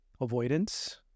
avoidance